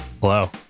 hello